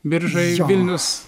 biržai vilnius